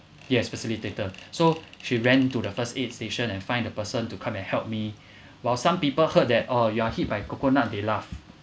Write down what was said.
yes facilitator so she ran to the first aid station and find the person to come and help me while some people heard that orh you are hit by coconut they laugh